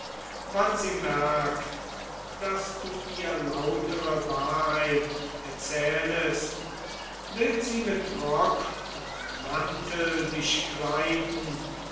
wann sie merkt daß du ihr lautere wahrheit erzählest will sie mit rock und mantel dich kleiden